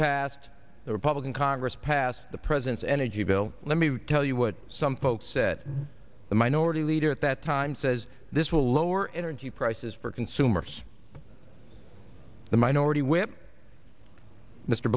pass the republican congress passed the president's energy bill let me tell you what some folks said the minority leader at that time says this will lower energy prices for consumers the minority whip mr